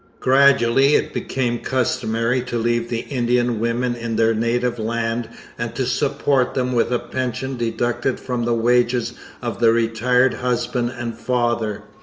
gradually it became customary to leave the indian women in their native land and to support them with a pension deducted from the wages of the retired husband and father.